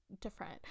different